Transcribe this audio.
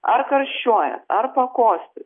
ar karščiuoja ar pakosti